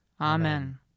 Amen